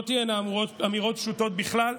לא תהיינה אמירות פשוטות בכלל,